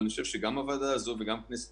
אבל אני חושב שגם הוועדה הזו וגם כנסת